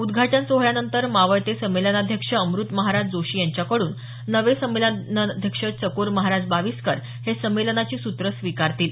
उदघाटन सोहळ्यानंतर मावळते संमेलनाध्यक्ष अम्रतमहाराज जोशी यांच्याकडून नवे संमेलनाध्यक्ष चकोर महाराज बावीसकर हे संमेलनाची सूत्र स्विकारतील